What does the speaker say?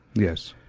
yes.